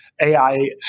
AI